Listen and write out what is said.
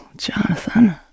Jonathan